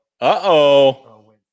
Uh-oh